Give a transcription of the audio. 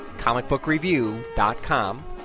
comicbookreview.com